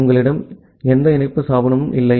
எனவே உங்களிடம் எந்த இணைப்பு ஸ்தாபனமும் இல்லை